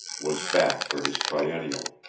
was back for his triennial.